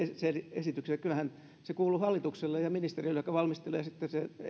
esityksiä kyllähän se kuuluu hallitukselle ja ministeriölle joka valmistelee ja